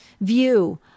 view